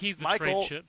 Michael